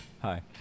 Hi